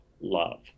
love